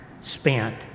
spent